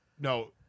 no